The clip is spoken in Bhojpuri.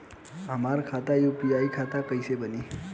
हमार खाता यू.पी.आई खाता कईसे बनी?